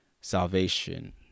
salvation